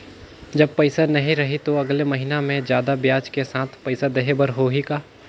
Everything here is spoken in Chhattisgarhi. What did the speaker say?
जब पइसा नहीं रही तो अगले महीना मे जादा ब्याज के साथ पइसा देहे बर होहि का?